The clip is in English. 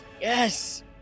Yes